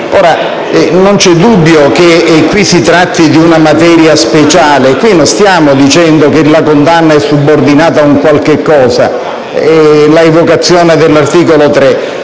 non c'è dubbio che in questo caso si tratti di una materia speciale. Non stiamo dicendo che la condanna è subordinata a un qualcosa (l'evocazione dell'articolo 3).